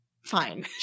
Fine